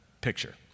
picture